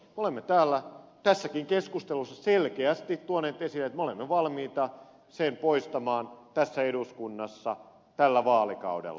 me olemme tässäkin keskustelussa selkeästi tuoneet esille että me olemme valmiita sen poistamaan tässä eduskunnassa tällä vaalikaudella